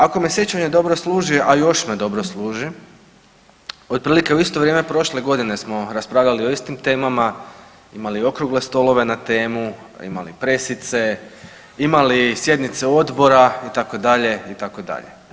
Ako me sjećanje dobro služi, a još me dobro služi, otprilike u isto vrijeme prošle godine smo raspravljali o istim temama, imali okrugle stolove na temu, imali pressice, imali sjednice odbora itd., itd.